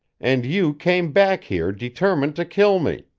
and you came back here determined to kill me.